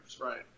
right